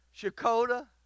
Shakota